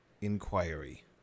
inquiry